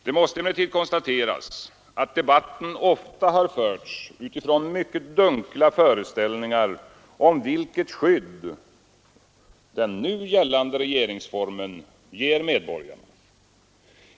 Det måste emellertid konstateras att debatten ofta förts utifrån mycket dunkla föreställningar om vilket skydd den nu gällande regeringsformen ger medborgarna.